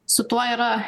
su tuo yra